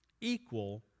equal